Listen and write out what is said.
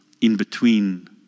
in-between